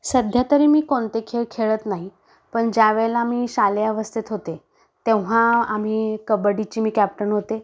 सध्या तरी मी कोणते खेळ खेळत नाही पण ज्यावेळेला मी शालेय अवस्थेत होते तेव्हा आम्ही कबड्डीची मी कॅप्टन होते